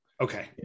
Okay